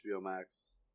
Max